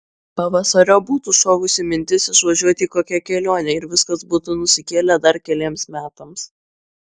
pavasariop būtų šovusi mintis išvažiuoti į kokią kelionę ir viskas būtų nusikėlę dar keliems metams